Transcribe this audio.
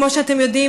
כמו שאתם יודעים,